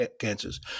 cancers